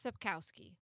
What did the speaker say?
Sapkowski